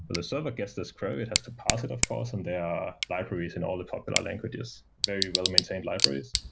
but the server gets this query. it has to parse it, of course, and there are libraries in all the popular languages, very well-maintained libraries.